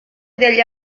degli